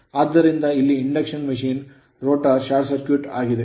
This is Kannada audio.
ಆದ್ದರಿಂದ ಇಲ್ಲಿ induction machine rotor short circuit ಆಗಿದೆ